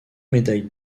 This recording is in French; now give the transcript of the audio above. médailles